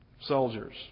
soldiers